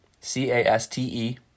C-A-S-T-E